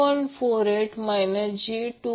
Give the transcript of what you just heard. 48 j2